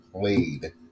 played